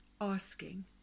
asking